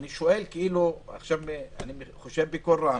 אני שואל, אני חושב בקול רם.